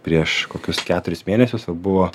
prieš kokius keturis mėnesius buvo